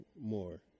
more